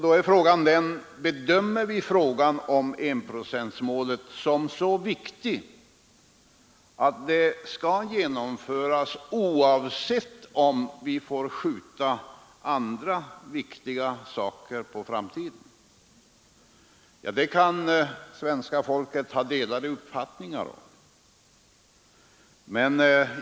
Då är frågan: Bedömer vi enprocentsmålet som så viktigt att det skall uppnås oavsett om vi får skjuta andra viktiga saker på framtiden? Detta kan svenska folket ha delade uppfattningar om.